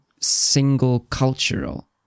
single-cultural